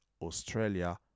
Australia